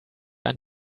ein